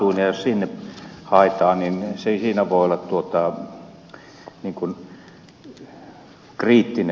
jos sinne haetaan niin siinä voi olla kriittinen